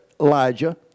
Elijah